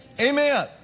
Amen